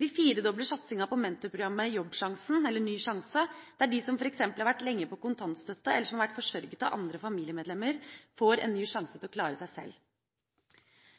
Vi firedobler satsinga på mentorprogrammet Jobbsjansen – eller Ny sjanse – der de som f.eks. har vært lenge på kontantstøtte, eller som har vært forsørget av andre familiemedlemmer, får en ny sjanse til å klare seg selv.